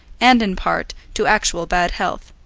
and, in part, to actual bad health.